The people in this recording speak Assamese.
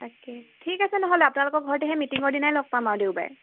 তাকে ঠিক আছে নহ'লে আপোনালোকৰ ঘৰতেহে মিটিঙৰ দিনাই লগ পাম আৰু দেওবাৰে